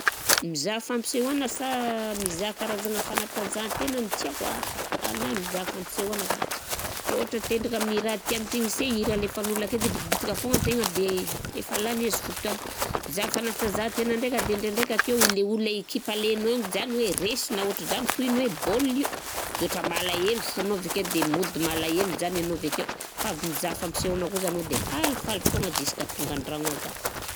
Mizaha fampisehoana sa mizaha karazagna fanatanjahantena no tiako? Aha! anahy mizaha fampisehoana ka, raha ôhatra te ho tonga amin'ny raha tian'ny tegna se i raha alefan'ol ake de bitibitika foana an-tegna de efa lany ezy fotôgna. Mizaha fanatanzahantegna ndraika de ndraikandraika akeo le olona ekipa alainao aminjany hoe resy na ôtrizany tohin'ol hoe bôl io, de ohatran malahelo fonao avikeo de mody malahelo zany anao avekeo fa avy mizaha fampisehoana kosa anao de falifaly fôna ziska tonga an-dragno ah zah.